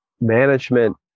management